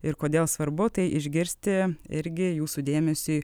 ir kodėl svarbu tai išgirsti irgi jūsų dėmesiui